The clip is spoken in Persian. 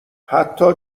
حتی